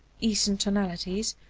eastern tonalities,